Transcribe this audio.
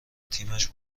تیمش